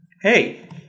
Hey